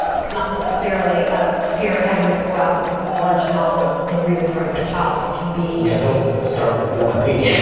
not necessarily a parent having to pull out ah a large novel and read in front of a child. it can be don't start with war and peace.